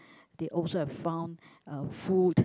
they also have found food